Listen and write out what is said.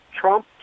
Trump